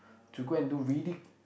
to go and do really